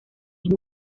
muy